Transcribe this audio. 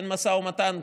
אין משא ומתן,